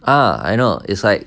uh I know it's like